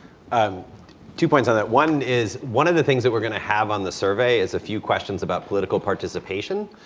um two points on that one is one of the things that we're gonna have on the survey is a few questions about political participation.